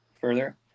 further